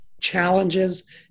challenges